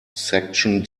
section